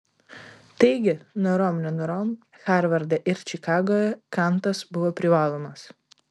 taigi norom nenorom harvarde ir čikagoje kantas buvo privalomas